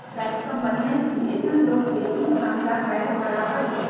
private कम्पनियन भी ऐसन लोग के ई काम ला हायर करा हई